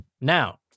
Now